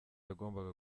yagombaga